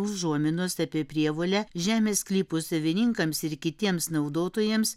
užuominos apie prievolę žemės sklypų savininkams ir kitiems naudotojams